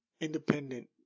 independent